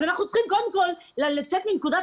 לכן אנחנו צריכים קודם כול לצאת מנקודת